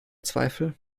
zweifel